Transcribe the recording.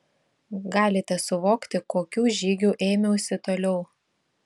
galite suvokti kokių žygių ėmiausi toliau